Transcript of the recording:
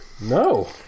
No